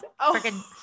freaking